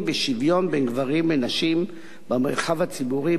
בשוויון בין גברים ונשים במרחב הציבורי,